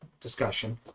discussion